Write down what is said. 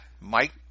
Mike